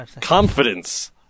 Confidence